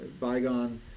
bygone